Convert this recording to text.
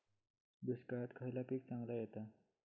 दुष्काळात खयला पीक चांगला येता?